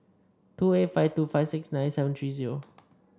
two eight five two five six nine seven three zero